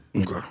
Okay